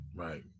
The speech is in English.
Right